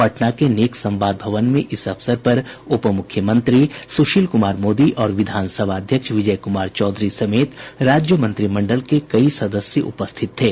पटना के नेक संवाद भवन में इस अवसर पर उप मुख्यमंत्री सुशील कुमार मोदी और विधानसभा अध्यक्ष विजय कुमार चौधरी समेत राज्य मंत्रिमंडल के कई सदस्य उपस्थित थे